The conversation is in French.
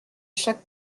chaque